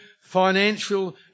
financial